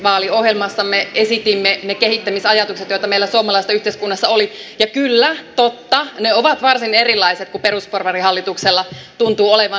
vaaliohjelmassamme esitimme ne kehittämisajatukset joita meillä suomalaisesta yhteiskunnasta oli ja kyllä totta ne ovat varsin erilaiset kuin perusporvarihallituksella tuntuu olevan